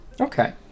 okay